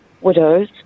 widows